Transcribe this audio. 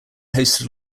hosted